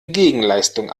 gegenleistung